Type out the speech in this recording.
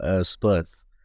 Spurs